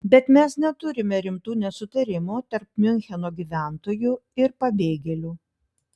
bet mes neturime rimtų nesutarimų tarp miuncheno gyventojų ir pabėgėlių